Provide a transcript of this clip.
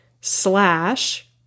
slash